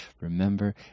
remember